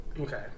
Okay